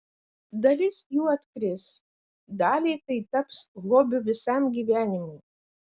dalis jų atkris daliai tai taps hobiu visam gyvenimui